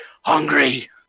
hungry